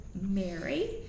Mary